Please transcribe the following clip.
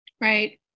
right